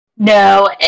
No